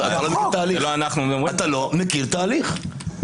אתה לא מכיר את ההליך.